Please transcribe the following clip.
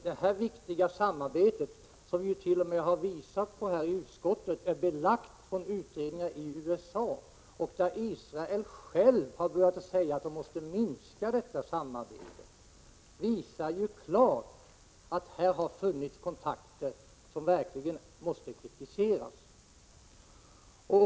Det viktiga samarbetet, som vi t.o.m. har redogjort för i utskottet, är belagt genom utredningar i USA. Israelerna har själva börjat säga att de måste minska samarbetet. Detta visar klart att det har funnits kontakter som verkligen måste kritiseras.